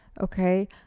okay